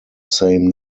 same